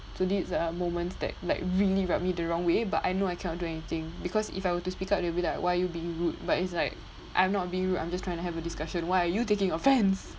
so these are moments that like really rub me the wrong way but I know I cannot do anything because if I were to speak up they'll be like why are you being rude but it's like I'm not being rude I'm just trying to have a discussion why are you taking offence